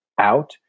out